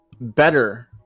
better